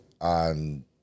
on